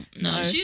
No